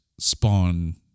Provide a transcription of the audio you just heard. spawn